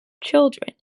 children